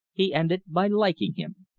he ended by liking him.